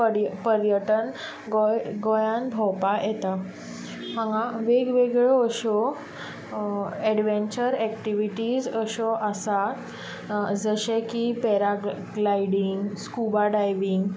पर पर्यटन गोंय गोंयान भोंवपा येता हांगा वेगवेगळ्यो अश्यो एडवेंचर एकटिविटी अश्यो आसात जशे की पॅराग्लायडींग स्कुबा डायवींग